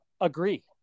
agree